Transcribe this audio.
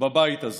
בבית הזה: